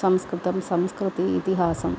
संस्कृतं संस्कृतिः इतिहासः